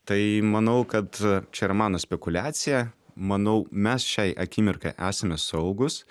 tai manau kad čia yra mano spekuliacija manau mes šiai akimirkai esame saugūs